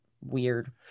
weird